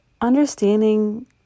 understanding